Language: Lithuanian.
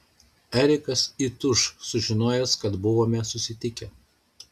erikas įtūš sužinojęs kad buvome susitikę